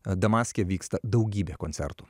a damaske vyksta daugybė koncertų